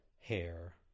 hair